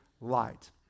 light